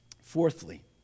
Fourthly